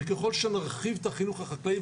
וככל שנרחיב את החינוך החקלאי,